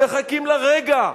הם מחכים לרגע?